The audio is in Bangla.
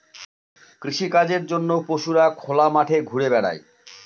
কৃষিকাজের জন্য পশুরা খোলা মাঠে ঘুরা বেড়ায়